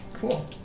Cool